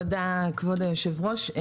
תודה כבוד יושב הראש.